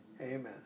Amen